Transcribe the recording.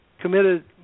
committed